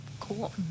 Cool